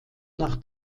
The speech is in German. nach